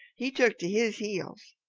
he took to his heels.